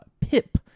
Pip